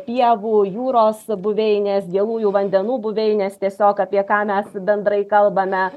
pievų jūros buveinės gėlųjų vandenų buveinės tiesiog apie ką mes bendrai kalbame